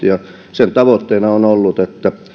sen tavoitteena on ollut että